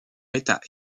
état